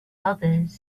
others